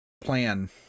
plan